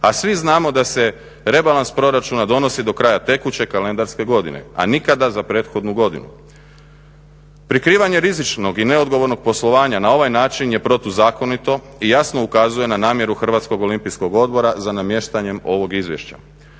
a svi znamo da se rebalans proračuna donosi do kraja tekuće kalendarske godine a nikada za prethodnu godinu. Prikrivanje rizičnog i neodgovornog poslovanja na ovaj način je protuzakonito i jasno ukazuje na namjeru Hrvatskog olimpijskog odbora za namještanjem ovog izvješća.